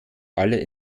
alle